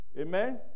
Amen